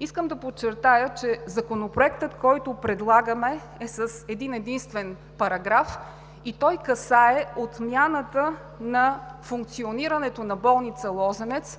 Искам да подчертая, че Законопроектът, който предлагаме, е с един единствен параграф и той касае отмяната на функционирането на болница „Лозенец“